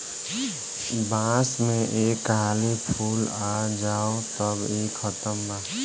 बांस में एक हाली फूल आ जाओ तब इ खतम बा